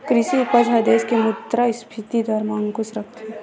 कृषि उपज ह देस के मुद्रास्फीति दर म अंकुस रखथे